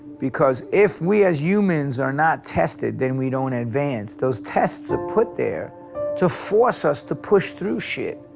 because if we as humans are not tested then we don't advance. those tests are put there to force us to push through shit,